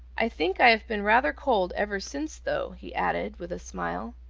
i think i have been rather cold ever since though, he added with a smile.